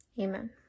Amen